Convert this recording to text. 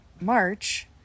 March